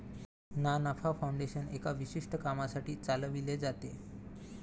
ना नफा फाउंडेशन एका विशिष्ट कामासाठी चालविले जाते